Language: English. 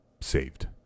saved